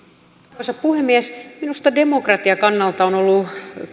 arvoisa puhemies minusta demokratian kannalta on ollut